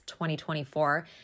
2024